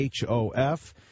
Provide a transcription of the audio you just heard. hof